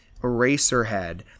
eraserhead